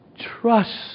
Trust